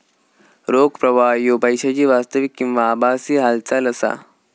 रोख प्रवाह ह्यो पैशाची वास्तविक किंवा आभासी हालचाल असा